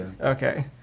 Okay